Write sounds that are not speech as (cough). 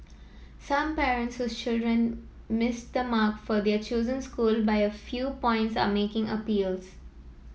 some parents (unintelligible) children missed the mark for their chosen school by a few points are making appeals